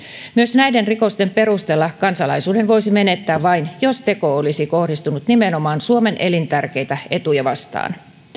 näiden rikosten perusteella kansalaisuuden voisi menettää vain jos teko olisi kohdistunut nimenomaan suomen elintärkeitä etuja vastaan